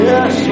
Yes